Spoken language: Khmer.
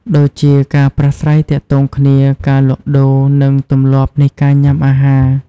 ដូចជាការប្រាស្រ័យទាក់ទងគ្នា ការលក់ដូរ និងទម្លាប់នៃការញ៉ាំអាហារ។